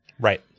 Right